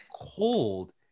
cold